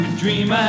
dream